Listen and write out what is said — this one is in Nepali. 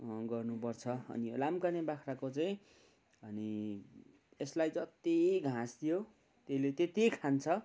गर्नुपर्छ अनि लाम्काने बाख्राको चाहिँ अनि यसलाई जति घाँस दियो त्यसले त्यति खान्छ